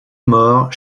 morts